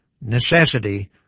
necessity